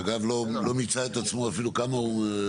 לצערנו,